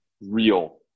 real